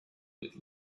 with